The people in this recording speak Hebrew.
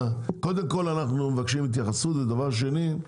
קודם כל אנחנו מבקשים התייחסות ודבר שני,